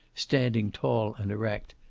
standing tall and erect,